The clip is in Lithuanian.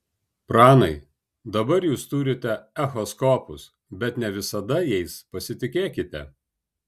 pranai dabar jūs turite echoskopus bet ne visada jais pasitikėkite